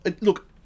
Look